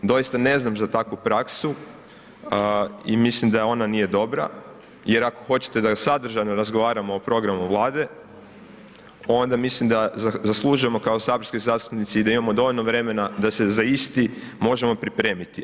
Doista ne znam za takvu praksu i mislim da ona nije dobra jer ako hoćete da sadržajno razgovaramo o programu Vlade, onda mislim da zaslužujemo kao saborski zastupnici i da imamo dovoljno vremena da se za isti možemo pripremiti.